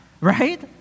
Right